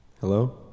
Hello